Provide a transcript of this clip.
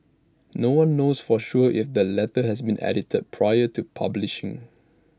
no one knows for sure if the letter had been edited prior to publishing